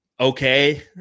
okay